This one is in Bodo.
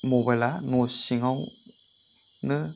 मबाइला न' सिंआव नो